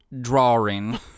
drawing